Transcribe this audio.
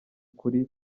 kuri